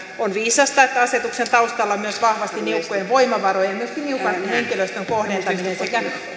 on viisasta että asetuksen taustalla on myös vahvasti niukkojen voimavarojen myöskin niukan henkilöstön kohdentaminen sekä